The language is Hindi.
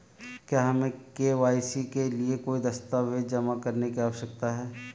क्या हमें के.वाई.सी के लिए कोई दस्तावेज़ जमा करने की आवश्यकता है?